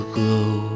glow